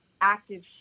active